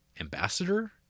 ambassador